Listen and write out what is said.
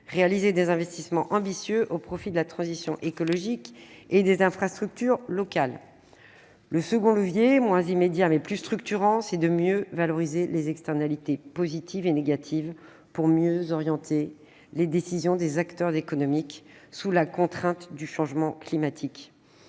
réaliser des investissements ambitieux au profit de la transition écologique et des infrastructures locales. Le second levier, plus structurant, mais moins immédiat, c'est une meilleure valorisation des externalités positives et négatives pour mieux orienter les décisions des acteurs économiques, sous la contrainte du changement climatique.